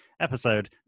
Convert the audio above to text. episode